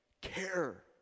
care